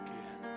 Again